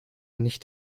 nicht